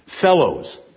fellows